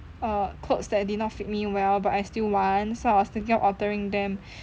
err clothes that did not fit me well but I still want so I was thinking of altering them